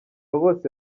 bose